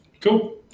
cool